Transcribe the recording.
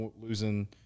losing